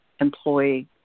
employee